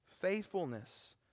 faithfulness